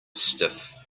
stiff